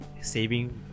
saving